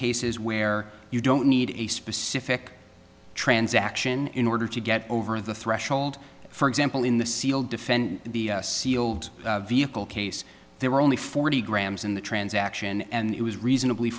cases where you don't need a specific transaction in order to get over the threshold for example in the sealed defend the sealed vehicle case there were only forty grams in the transaction and it was reasonably